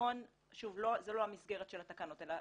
לבחון שוב, זו לא המסגרת של התקנות אלא